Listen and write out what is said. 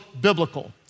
biblical